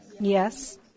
Yes